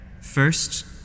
first